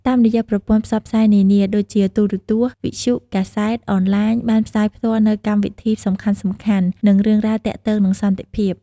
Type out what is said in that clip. តាមរយៈប្រព័ន្ធផ្សព្វផ្សាយនានាដូចជា ទូរទស្សន៍ វិទ្យុ កាសែត អនឡាញ បានផ្សាយផ្ទាល់នូវកម្មវិធីសំខាន់ៗ និងរឿងរ៉ាវទាក់ទងនឹងសន្តិភាព។